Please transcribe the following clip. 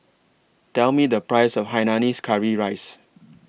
Tell Me The Price of Hainanese Curry Rice